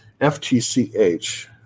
FTCH